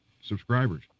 subscribers